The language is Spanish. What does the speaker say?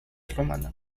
romana